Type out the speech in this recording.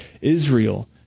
Israel